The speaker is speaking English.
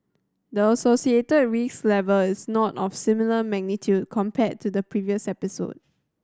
the associated risk level is not of similar magnitude compared to the previous episode